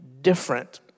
different